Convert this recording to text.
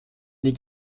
les